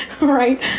Right